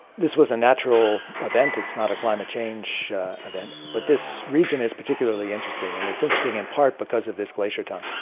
this was a natural event, it's not a climate change event, but this region is particularly interesting, and it's interesting in part because of this glacier tongue.